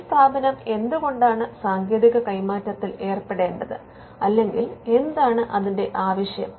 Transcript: ഒരു സ്ഥാപനം എന്ത് കൊണ്ടാണ് സാങ്കേതിക കൈമാറ്റത്തിൽ ഏർപ്പെടേണ്ടത് അല്ലെങ്കിൽ എന്താണ് അതിന്റെ ആവശ്യം